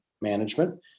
management